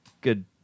Good